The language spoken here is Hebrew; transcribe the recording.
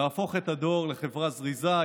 להפוך את הדואר לחברה זריזה,